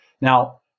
Now